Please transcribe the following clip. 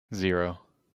zero